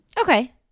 Okay